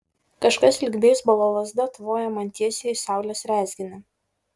kažkas lyg beisbolo lazda tvojo man tiesiai į saulės rezginį